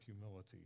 humility